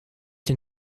den